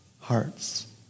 hearts